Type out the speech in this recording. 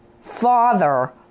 father